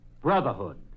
Brotherhood